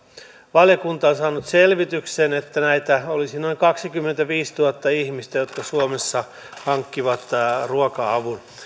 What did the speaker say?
valiokunta on saanut selvityksen että näitä olisi noin kaksikymmentäviisituhatta ihmistä jotka suomessa hankkivat ruoka avun